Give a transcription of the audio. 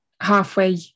halfway